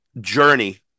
journey